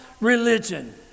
religion